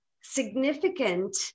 significant